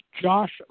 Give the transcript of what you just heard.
Josh